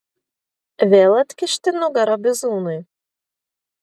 vėl atkišti nugarą bizūnui